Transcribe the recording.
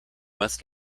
must